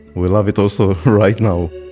we love it also right now.